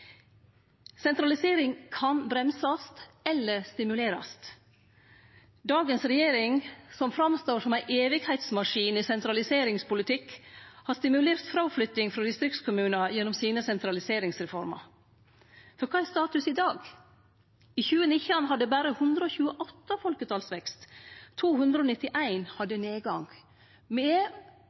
Sentralisering kan bremsast eller stimulerast. Dagens regjering, som står fram som ei eviggangsmaskin i sentraliseringspolitikk, har stimulert fråflytting frå distriktskommunar gjennom sine sentraliseringsreformer. For kva er status i dag? I 2019 hadde berre 128 kommunar folketalsvekst,